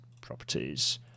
Properties